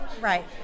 Right